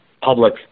public